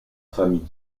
famille